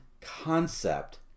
concept